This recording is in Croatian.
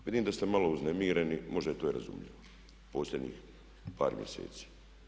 Vidim da ste malo uznemireni, možda je to i razumljivo posljednjih par mjeseci.